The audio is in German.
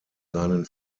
seinen